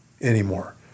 anymore